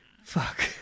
fuck